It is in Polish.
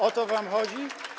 O to wam chodzi?